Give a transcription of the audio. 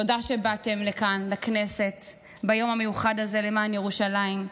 תודה שבאתם לכאן לכנסת ביום המיוחד הזה למען ירושלים.